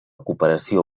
cooperació